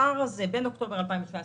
בפער הזה, בין אוקטובר 2019,